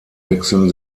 wechseln